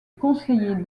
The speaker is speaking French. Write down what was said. conseiller